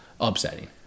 Upsetting